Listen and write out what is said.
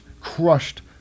crushed